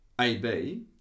AB